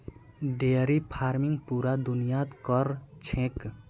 dairy farming पूरा दुनियात क र छेक